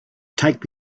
take